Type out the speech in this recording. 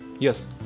Yes